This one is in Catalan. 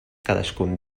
cadascun